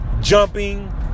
jumping